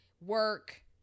work